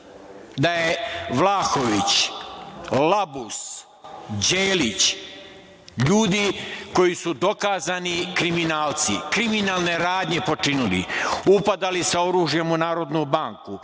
Dinkić, Vlahović, Labus, Đelić, ljudi koji su dokazani kriminalci, kriminalne radnje počinili, upadali sa oružjem u Narodnu banku,